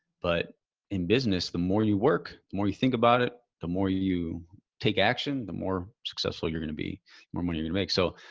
but in business, the more you work, the more you think about it, the more you take action, the more successful you're going to be more money you can make. so,